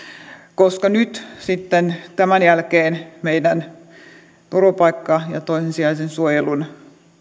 koska nyt tämän jälkeen meidän turvapaikan ja toissijaisen suojelun